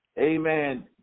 Amen